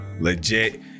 legit